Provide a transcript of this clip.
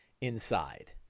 inside